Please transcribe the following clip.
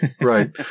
Right